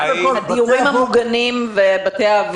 הדיורים המוגנים ובתי האבות.